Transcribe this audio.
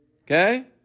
Okay